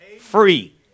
free